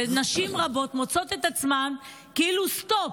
ונשים רבות מוצאות את עצמן, כאילו סטופ,